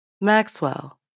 Maxwell